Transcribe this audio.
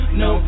no